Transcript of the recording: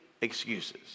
excuses